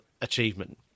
achievement